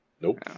Nope